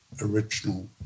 original